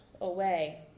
away